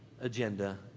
agenda